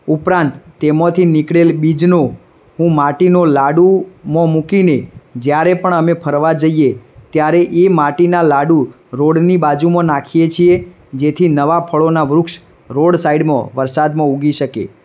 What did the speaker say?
ઉપરાંત તેમાંથી નીકળેલ બીજનો હું માટીનો લાડુમાં મૂકીને જ્યારે પણ અમે ફરવા જઈએ ત્યારે એ માટીના લાડુ રોડની બાજુમાં નાખીએ છીએ જેથી નવા ફળોના વૃક્ષ રોડ સાઈડમાં વરસાદમાં ઉગી શકે